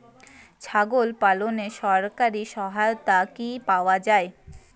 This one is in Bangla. ছাগল পালনে সরকারি সহায়তা কি পাওয়া যায়?